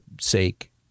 sake